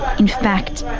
in fact,